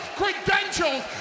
credentials